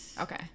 Okay